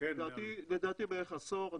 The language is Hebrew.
לדעתי בערך עשור,